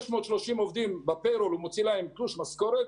630 עובדים שהוא מוציא להם תלוש משכורת,